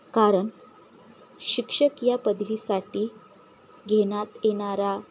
कारण शिक्षक या पदवीसाठी घेण्यात येणारा